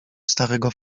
starego